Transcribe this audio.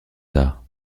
tard